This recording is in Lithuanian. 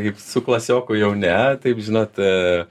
kaip su klasioku jau ne taip žinot